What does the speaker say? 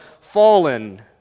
fallen